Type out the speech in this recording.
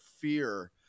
fear